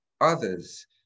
others